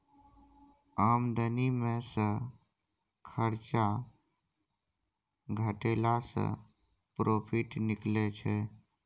आमदनी मे सँ खरचा घटेला सँ प्रोफिट निकलै छै